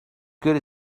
good